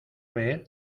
ver